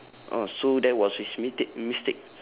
ah so that was his mistake mistake